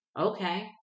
Okay